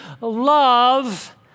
love